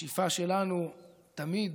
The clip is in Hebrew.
השאיפה שלנו היא תמיד